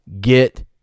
get